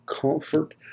comfort